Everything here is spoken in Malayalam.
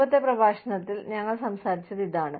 മുമ്പത്തെ പ്രഭാഷണത്തിൽ ഞങ്ങൾ സംസാരിച്ചത് ഇതാണ്